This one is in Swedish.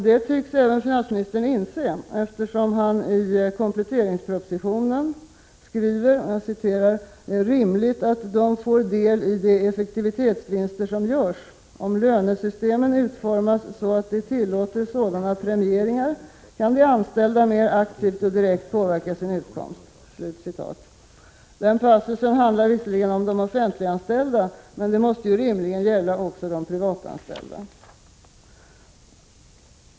Det tycks även finansministern inse, eftersom han i kompletteringspropositionen skriver: ”Det är rimligt att de får del i de effektivitetsvinster som görs. Om lönesystemen utformas så att de tillåter sådana premieringar kan de anställda mera aktivt direkt påverka sin utkomst.” Den passusen gäller visserligen de offentliganställda, men måste rimligen även gälla de privatanställda.